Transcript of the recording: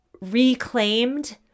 reclaimed